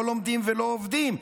לא לומדים ולא עובדים,